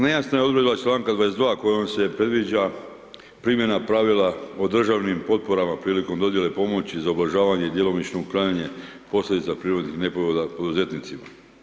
Nejasna je odredba čl. 22. kojom se predviđa primjena pravila o državnim potporama prilikom dodijele pomoći za ublažavanje i djelomično uklanjanje posljedica prirodnih nepogoda poduzetnicima.